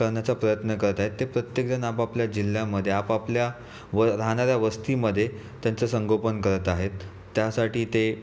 करण्याचा प्रयत्न करत आहेत ते प्रत्येकजण आपापल्या जिल्ह्यामध्ये आपापल्या व राहणाऱ्या वस्तीमध्ये त्यांचं संगोपन करत आहेत त्यासाठी ते